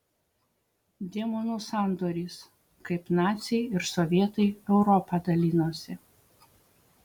demonų sandoris kaip naciai ir sovietai europą dalinosi